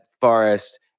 forest